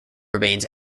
remains